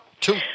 Two